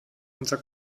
unser